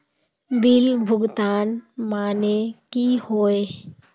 Bill भुगतान माने की होय?